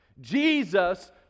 Jesus